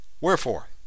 Wherefore